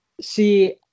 See